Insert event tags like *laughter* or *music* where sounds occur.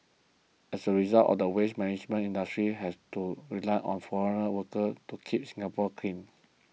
as a result *noise* the waste management industry has to rely on foreign workers to keep Singapore clean